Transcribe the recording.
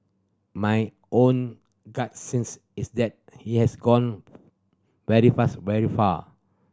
my own gut sense is that it has gone very fast very far